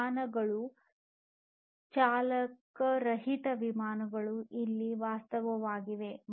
ವಿಮಾನಗಳು ಚಾಲಕ ರಹಿತ ವಿಮಾನಗಳು ಈಗ ವಾಸ್ತವವಾಗಿದೆ